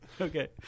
okay